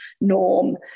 norm